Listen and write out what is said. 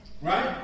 Right